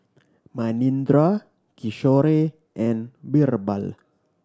Manindra Kishore and Birbal